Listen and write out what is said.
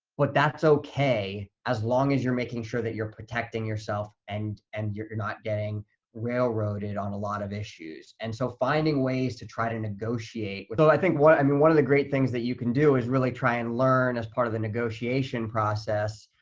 but that's okay, as long as you're making sure that you're protecting yourself and and you're not getting railroaded on a lot of issues. and so finding ways to try to negotiate. so i think, i mean, one of the great things that you can do is really try and learn as part of the negotiation process,